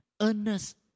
earnest